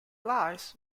lies